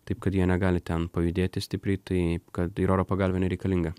taip kad jie negali ten pajudėti stipriai taip kad ir oro pagalvė nereikalinga